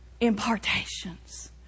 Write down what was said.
impartations